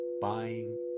buying